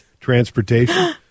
transportation